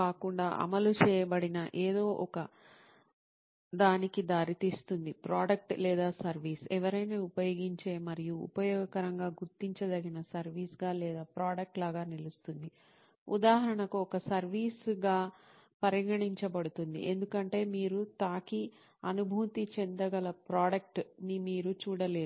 కాకుండా అమలు చేయబడిన ఏదో ఒకదానికి దారితీస్తుంది ప్రోడక్ట్ లేదా సర్వీస్ ఎవరైనా ఉపయోగించే మరియు ఉపయోగకరంగా గుర్తించదగిన సర్వీస్ గా లేదా ప్రోడక్ట్ లాగా నిలుస్తుంది ఉదాహరణకు ఒక సర్వీస్ గా పరిగణించబడుతుంది ఎందుకంటే మీరు తాకి అనుభూతి చెందగల ప్రోడక్ట్ ని మీరు చూడలేరు